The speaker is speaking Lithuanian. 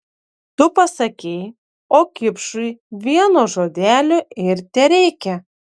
tu pasakei o kipšui vieno žodelio ir tereikia